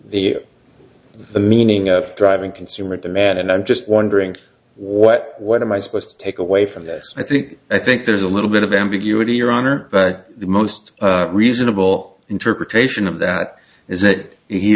understand the meaning of driving consumer demand and i'm just wondering what what am i supposed to take away from this i think i think there's a little bit of ambiguity your honor the most reasonable interpretation of that is that he